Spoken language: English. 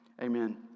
Amen